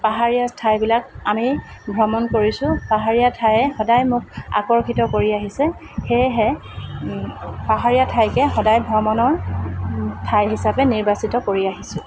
পাহাৰীয়া ঠাইবিলাক আমি ভ্ৰমণ কৰিছোঁ পাহাৰীয়া ঠায়ে সদায় মোক আকৰ্ষিত কৰি আহিছে সেয়েহে পাহাৰীয়া ঠাইকে সদায় ভ্ৰমণৰ ঠাই হিচাপে নিৰ্বাচিত কৰি আহিছোঁ